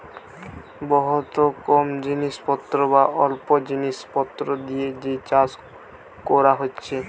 বহুত কম জিনিস পত্র বা অল্প জিনিস পত্র দিয়ে যে চাষ কোরা হচ্ছে